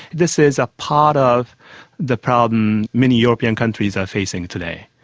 this is a part of the problem many european countries are facing today.